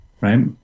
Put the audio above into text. right